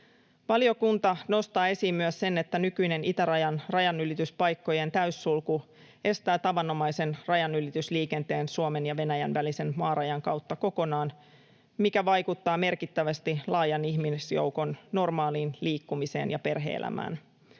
Valiokunta nostaa esiin myös sen, että nykyinen itärajan rajanylityspaikkojen täyssulku estää tavanomaisen rajanylitysliikenteen Suomen ja Venäjän välisen maarajan kautta kokonaan, mikä vaikuttaa merkittävästi laajan ihmisjoukon normaaliin liikkumiseen ja perhe-elämään.